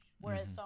whereas